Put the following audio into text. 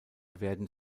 werden